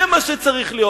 זה מה שצריך להיות.